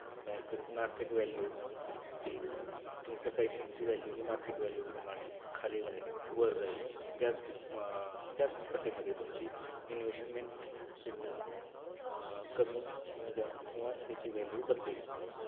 market market value ही तुमच्या पैशांची व्हॅल्यू ही मार्केट वॅल्यूप्रमाणे खाली जाईल वर जाईल त्याच त्याचपटीमध्ये तुमची इन्व्हेस्टमेंटसुद्धा कमी किंवा जास्त किंवा त्याची व्हॅल्यू बदलेल